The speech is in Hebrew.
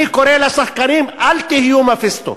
אני קורא לשחקנים: אל תהיו מפיסטו,